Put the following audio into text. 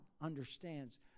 understands